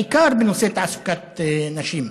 בעיקר בנושא תעסוקת נשים.